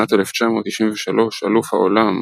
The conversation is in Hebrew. בשנת 1993 אלוף העולם,